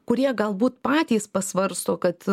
kurie galbūt patys pasvarsto kad